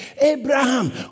Abraham